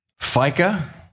FICA